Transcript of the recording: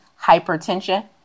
hypertension